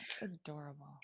adorable